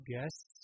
guests